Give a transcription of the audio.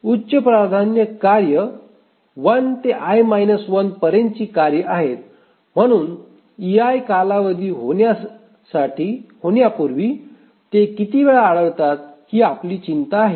उच्च प्राधान्य कार्ये 1 ते i − 1 पर्यंतची कार्य आहेत आणि म्हणून ei कालावधी होण्यापूर्वी ते किती वेळा आढळतात ही आपली चिंता आहे